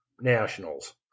nationals